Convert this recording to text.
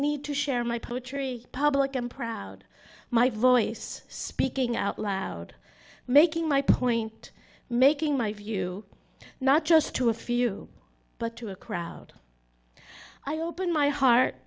need to share my poetry public i'm proud my voice speaking out loud making my point making my view not just to a few but to a crowd i open my heart